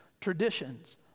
Traditions